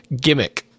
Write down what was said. gimmick